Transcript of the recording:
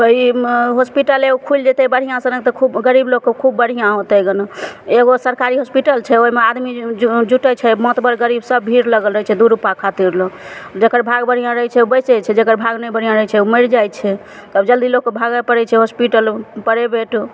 तऽ ई हॉस्पिटल एगो खुलि जेतय बढ़िआँ सनक तऽ खूब गरीब लोकके खूब बढ़िआँ होतय जनु एगो सरकारी हॉस्पिटल छै ओइमे आदमी जु जुटय छै महातवर गरीबसब भीड़ लगल रहय छै दू रुपैआ खातिर लए जकर भाग बढ़िआँ रहय छै बचय छै जकर भाग नहि बढ़िआँ रहय छै मरि जाइ छै तब जल्दिये लोगके भागय पड़य छै हॉस्पिटल प्राइवेट